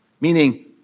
Meaning